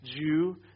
Jew